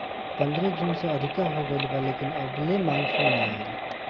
पंद्रह जून से अधिका हो गईल बा लेकिन अबले मानसून नाइ आइल